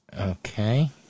Okay